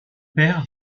père